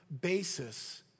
basis